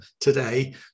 today